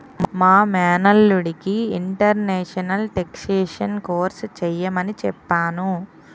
మా మేనల్లుడికి international taxation course చెయ్యమని చెప్పాను